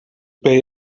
pay